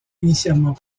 initialement